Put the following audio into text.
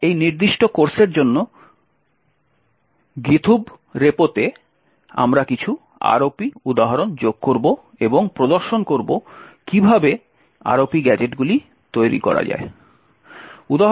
সুতরাং এই নির্দিষ্ট কোর্সের জন্য গিথুব রেপোতে আমরা কিছু ROP উদাহরণ যোগ করব এবং প্রদর্শন করব কীভাবে ROP গ্যাজেটগুলি তৈরি করা যায়